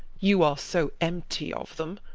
you are so empty of them.